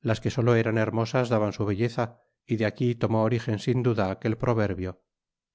las que solo eran hermosas daban su belleza y de aquí tomó origen sin duda aquel proverbio